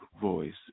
voice